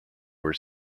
were